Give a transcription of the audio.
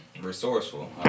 Resourceful